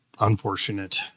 unfortunate